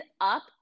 up